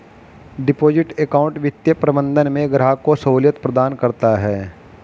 deposit account वित्तीय प्रबंधन में ग्राहक को सहूलियत प्रदान करता है